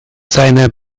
seine